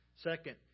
Second